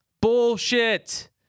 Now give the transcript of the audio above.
bullshit